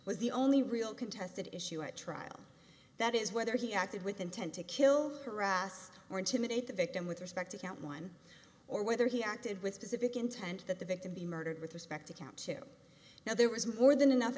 was the only real contested issue at trial that is whether he acted with intent to kill harass or intimidate the victim with respect to count one or whether he acted with specific intent that the victim be murdered with respect to count two now there was more than enough